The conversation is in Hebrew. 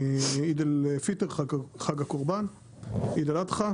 והאייד אל פיטר חג הקורבן איד אל אדחה,